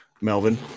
melvin